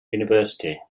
university